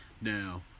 Now